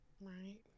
Right